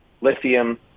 lithium